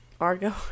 Argo